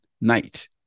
night